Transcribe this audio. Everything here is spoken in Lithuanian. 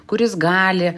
kuris gali